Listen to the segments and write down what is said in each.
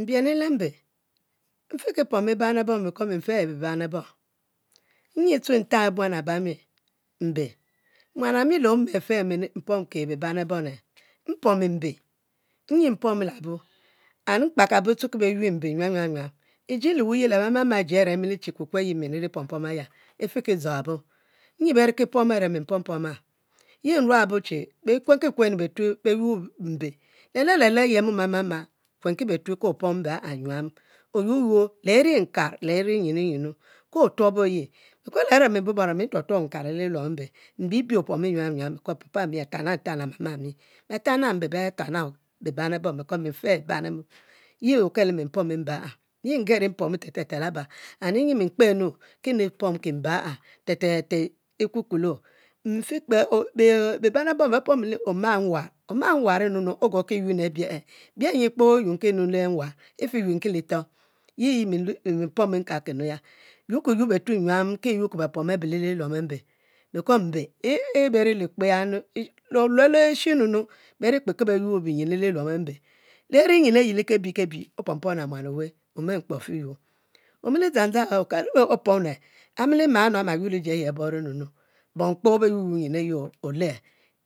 Mbienu le mbe mfi ki pom bi ban e bom beco mi mfe e biban ebom nyi tue ntang buan abami mbe, muan ami le ome afe e’ mi mpom ki biban ebom le. mpomo mbe ayi and mkpe be pom mbe nyuam yuam yuam e’ jije wuye emili chi kukue are mi mpopom aya, e fi ki dzo abo nyi borikpom a're mi mpompom ya, ye nruabo che bekue nkikuenu betue beyuo mbe le le le le ama ma akuenki bebtue ki bd yuo mbe yuam oyuo yuor lw rinkur le ri nyinuvyinu, lene mi mbubora mbi bi nkar otuobo le liluom embe mbibi opomo nyuam nyuam beco papaami le mama ami betankatang betan al mbe betanga biban ebom, beo mi mfe e bibam ebom yi okelo mi mpomo mbe a’ ye ngeri mpomo te te te laba and nyi mi mkpenu kinu pomki mbe a te te te e kukulo mfi kpe ome bibane ebom bepomo oma mwan oma mwan enu ogoki yuen abie e, bie nyi kpo e'yenki nu le mwan e fe yuenkile etoh yiyimi mpomo nkulkinu ya e kuenu betue nyuam ki yuo bepom abe le mbe beco mbe yi berili kpe kpe yanu le olue lishe nu, benkpe ki be yuor nyin le luim embe leri nyin ay lekebi kebi, opom pom le muan owe mom emkpo afi yuo, omili dzang opomole bom kpo be yuo yuo nyin ayi oley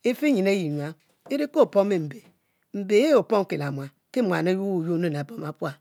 efe nyin ayi nyuam eri ke opomo mbe, mbe yi opom ki le muan ki muan ayuo nu le bom bepual